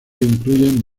incluyen